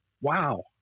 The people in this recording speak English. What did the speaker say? wow